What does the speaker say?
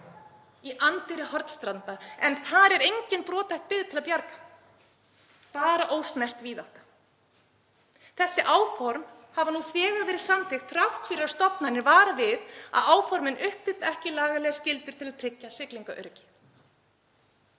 í anddyri Hornstranda. En þar er engin brothætt byggð til að bjarga, bara ósnert víðátta. Þessi áform hafa nú þegar verið samþykkt þrátt fyrir að stofnanir vari við því að áformin uppfylli ekki lagalegar skyldur til að tryggja siglingaöryggi.